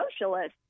socialist